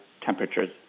temperatures